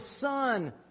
Son